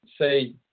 say